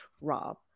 Rob